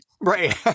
Right